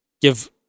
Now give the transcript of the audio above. Give